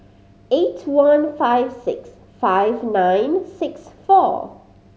eight one five six five nine six four